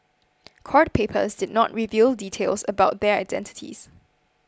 court papers did not reveal details about their identities